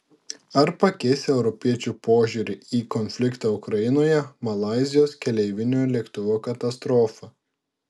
ar pakeis europiečių požiūrį į konfliktą ukrainoje malaizijos keleivinio lėktuvo katastrofa